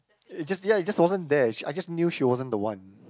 it just ya it just wasn't there she I just knew she wasn't the one